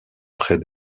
près